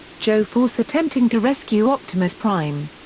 joe force attempting to rescue optimus prime.